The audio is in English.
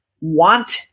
want